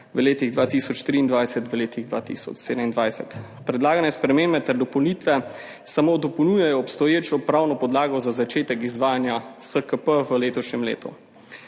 v letih 2023 v letih 2027. Predlagane spremembe ter dopolnitve samo dopolnjujejo obstoječo pravno podlago za začetek izvajanja SKP v letošnjem letu.